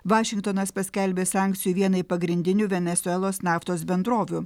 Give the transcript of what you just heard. vašingtonas paskelbė sankcijų vienai pagrindinių venesuelos naftos bendrovių